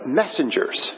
messengers